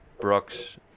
Brooks